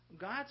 God